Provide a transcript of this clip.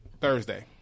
Thursday